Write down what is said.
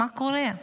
מה קורה?